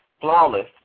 Flawless